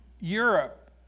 Europe